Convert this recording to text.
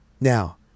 Now